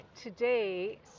today